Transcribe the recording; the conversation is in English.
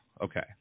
okay